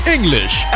English